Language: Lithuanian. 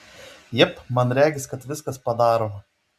jep man regis kad viskas padaroma